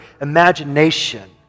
imagination